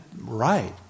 right